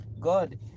God